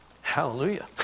Hallelujah